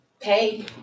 pay